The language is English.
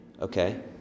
Okay